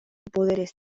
poderes